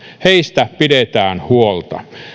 heistä pidetään huolta